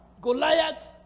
Goliath